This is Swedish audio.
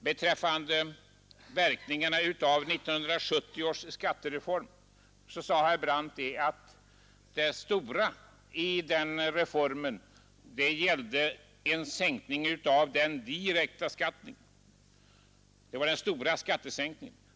Beträffande verkningarna av 1970 års skattereform sade herr Brandt att det stora i denna reform var en sänkning av den direkta skatten — det var den stora skattesänkningen.